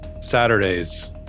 Saturdays